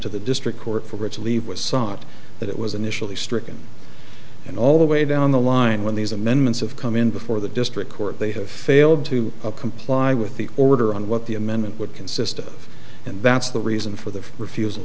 to the district court for its leave was sought that it was initially stricken and all the way down the line when these amendments of come in before the district court they have failed to comply with the order on what the amendment would consist of and that's the reason for the refus